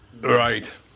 Right